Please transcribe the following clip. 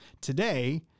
Today